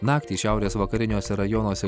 naktį šiaurės vakariniuose rajonuose